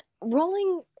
rolling